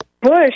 Bush